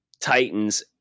Titans